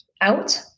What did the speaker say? out